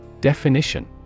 Definition